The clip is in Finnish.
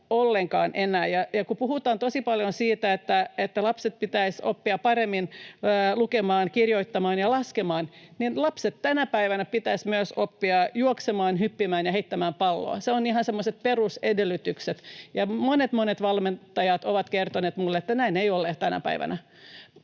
ollenkaan enää. Kun puhutaan tosi paljon siitä, että lasten pitäisi oppia paremmin lukemaan, kirjoittamaan ja laskemaan, niin tänä päivänä lasten pitäisi myös oppia juoksemaan, hyppimään ja heittämään palloa. Ne ovat ihan semmoisia perusedellytyksiä, ja monet valmentajat ovat kertoneet minulle, että näin ei ole tänä päivänä.